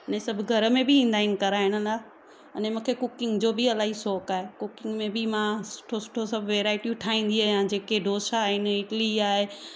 इन सभु घर में बि ईंदा आहिनि कराइण लाइ अने मूंखे कुकिंग जो बि इलाही सौक आहे कुकिंग में बि मां सुठो सुठो सभु वेराइटियूं ठाहींदी आहियां जेके डोसा आहिनि इटली आहे